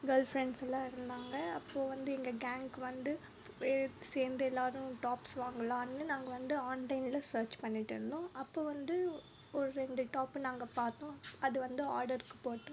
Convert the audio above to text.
girl ஃப்ரெண்ட்ஸெலாம் இருந்தாங்க அப்போ வந்து எங்கள் கேங்க்கு வந்து சேர்ந்து எல்லாேரும் டாப்ஸ் வாங்கலாம்ன்னு நாங்கள் வந்து ஆன்லைனில் சர்ச் பண்ணிவிட்டு இருந்தோம் அப்போது வந்து ஒரு ரெண்டு டாப்பு நாங்கள் பார்த்தோம் அது வந்து ஆர்டர்க்கு போட்டோம்